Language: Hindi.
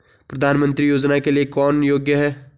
प्रधानमंत्री योजना के लिए कौन योग्य है?